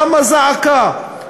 קמה זעקה,